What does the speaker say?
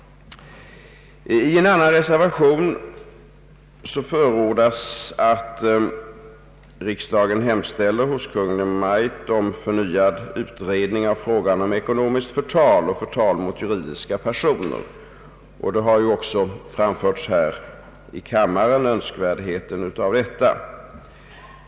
I en annan reservation förordas att riksdagen hemställer hos Kungl. Maj:t om förnyad utredning av frågan om ekonomiskt förtal och förtal mot juridiska personer, och man har även i debatten i denna kammare framfört önskvärdheten härav.